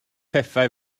pethau